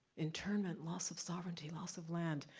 internment, loss of sovereignty, loss of land.